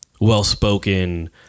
well-spoken